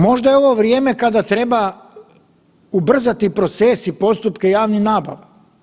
Možda je ovo vrijeme kada treba ubrzati proces i postupke javnih nabava.